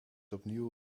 opnieuw